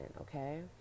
okay